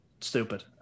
stupid